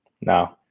No